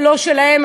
לא שלהם,